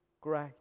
great